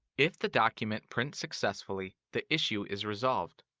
if the document prints successfully, the issue is resolved.